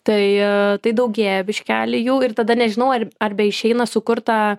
tai tai daugėja biškelį jų ir tada nežinau ar ar beišeina sukurt tą